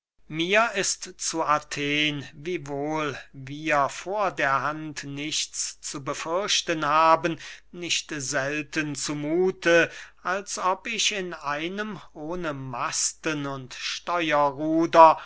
mir ist zu athen wiewohl wir vor der hand nichts zu befürchten haben nicht selten zu muthe als ob ich in einem ohne masten und steuerruder